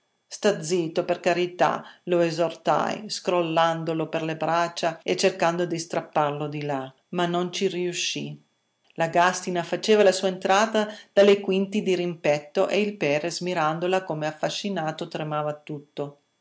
sta zitto per carità lo esortai scrollandolo per le braccia e cercando di strapparlo di là ma non ci riuscii la gàstina faceva la sua entrata dalle quinte dirimpetto e il perres mirandola come affascinato tremava tutto